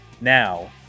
now